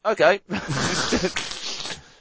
okay